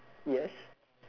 yes